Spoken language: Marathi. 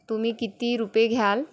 तुम्ही किती रुपये घ्याल